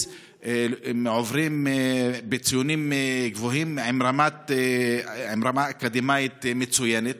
עוברים בציונים גבוהים עם רמה אקדמית מצוינת.